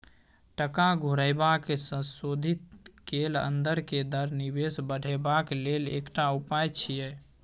टका घुरेबाक संशोधित कैल अंदर के दर निवेश बढ़ेबाक लेल एकटा उपाय छिएय